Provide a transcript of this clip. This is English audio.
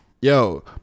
yo